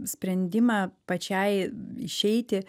sprendimą pačiai išeiti